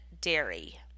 dairy